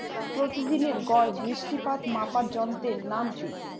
প্রতিদিনের গড় বৃষ্টিপাত মাপার যন্ত্রের নাম কি?